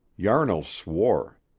yarnall swore.